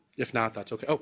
if not, that's okay oh.